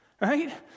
right